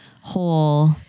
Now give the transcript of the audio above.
whole